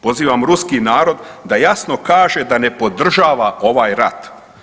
Pozivam ruski narod da jasno kaže da ne podržava ovaj rat.